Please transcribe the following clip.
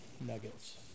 nuggets